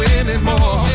anymore